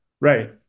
right